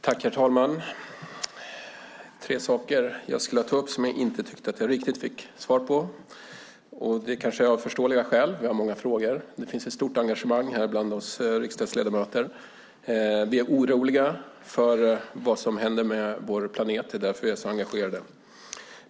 Herr talman! Det är tre saker som jag skulle vilja ta upp som jag inte tyckte att jag riktigt fick svar på, kanske av förståeliga skäl. Vi har många frågor. Det finns ett stort engagemang bland oss riksdagsledamöter. Vi är oroliga för vad som händer med vår planet. Det är därför vi är så engagerade.